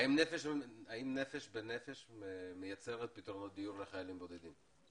האם "נפש בנפש" מייצרת פתרונות דיור לחיילים בודדים?